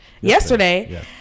Yesterday